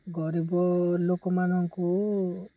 ଗରିବ ଲୋକମାନଙ୍କୁ